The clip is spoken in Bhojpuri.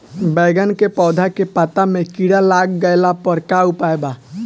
बैगन के पौधा के पत्ता मे कीड़ा लाग गैला पर का उपाय बा?